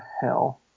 hell